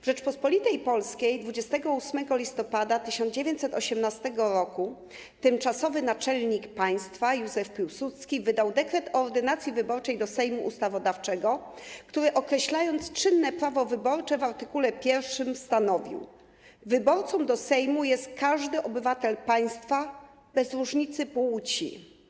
W Rzeczypospolitej Polskiej 28 listopada 1918 r. tymczasowy naczelnik państwa Józef Piłsudski wydał dekret o ordynacji wyborczej do Sejmu Ustawodawczego, który określając czynne prawo wyborcze, w art. 1 stanowił: wyborcą do Sejmu jest każdy obywatel państwa bez różnicy płci.